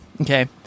Okay